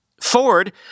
Ford